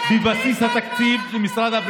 אתם הממשלה הראשונה שהקריסה את מערכת הבריאות.